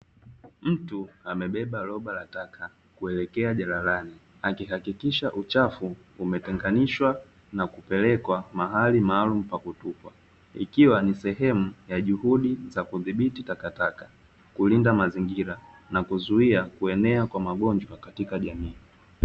Mtu amebeba roba la taka kuelekea jalalani akihakikisha uchafu umetenganishwa na kupelekwa mahali maalumu pa kutupwa. Ikiwa ni sehemu ya juhudi za kudhibiti takataka, kulinda mazingira na kuzuia kuenea kwa magonjwa katika jamii.